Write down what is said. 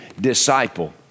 disciple